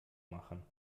machen